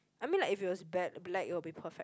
I mean like if it was bla~ black it will be perfect